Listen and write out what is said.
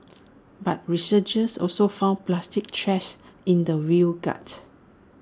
but researchers also found plastic trash in the whale's gut